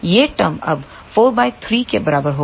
यह टरम अब 43 के बराबर होगा